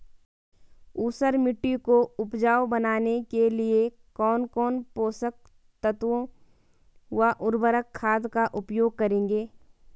ऊसर मिट्टी को उपजाऊ बनाने के लिए कौन कौन पोषक तत्वों व उर्वरक खाद का उपयोग करेंगे?